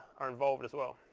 are involved as well.